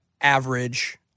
average